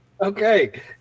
Okay